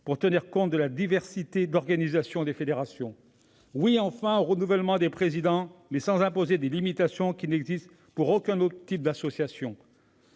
pour tenir compte de la diversité d'organisation des fédérations. Oui, enfin, au renouvellement des présidents, mais sans imposer des limitations qui n'existent pour aucun autre type d'associations.